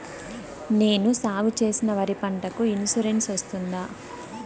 నేను సాగు చేసిన వరి పంటకు ఇన్సూరెన్సు వస్తుందా?